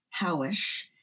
Howish